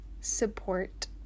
support